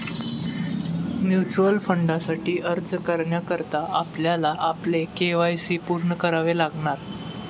mutual फंडासाठी अर्ज करण्याकरता आपल्याला आपले के.वाय.सी पूर्ण करावे लागणार